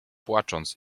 płacząc